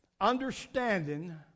Understanding